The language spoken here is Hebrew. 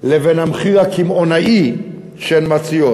לבין המחיר הקמעונאי שהן מציעות,